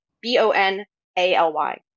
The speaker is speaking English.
B-O-N-A-L-Y